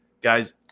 Guys